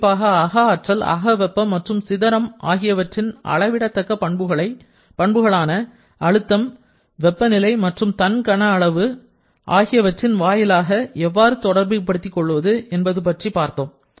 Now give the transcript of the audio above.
குறிப்பாக அக ஆற்றல் அக வெப்பம் மற்றும் சிகரம் ஆகியவற்றை அளவிடத்தக்க பண்புகளான அழுத்தம் வெப்பநிலை மற்றும் தன் கொள்ளளவு ஆகியவற்றின் வாயிலாக எவ்வாறு தொடர்புபடுத்திக் கொள்வது என்பது பற்றி பார்த்தோம்